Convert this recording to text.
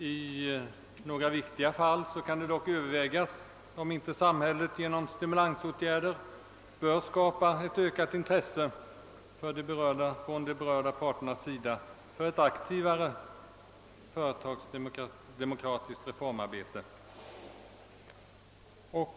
I några viktiga fall kan det dock övervägas, om inte samhället genom stimulansåtgärder bör söka skapa ett ökat intresse från de berörda parternas sida för ett aktivare företagsdemokratiskt reformarbete.